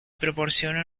proporciona